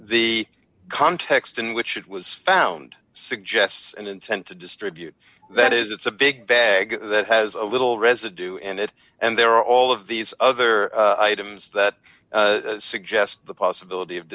the context in which it was found suggests and intent to distribute that is it's a big bag that has a little residue and it and there are all of these other items that suggest the possibility of